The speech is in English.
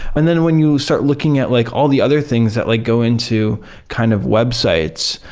and then when you start looking at like all the other things that like go into kind of websites,